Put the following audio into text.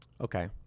Okay